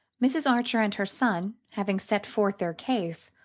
mrs. archer and her son, having set forth their case,